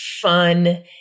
fun